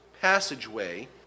passageway